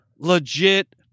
legit